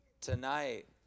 Tonight